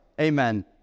Amen